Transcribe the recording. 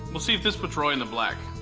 we'll see if this puts roy in the black.